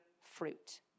fruit